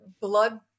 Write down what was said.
blood